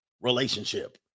relationship